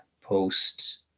post